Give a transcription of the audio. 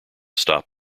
stop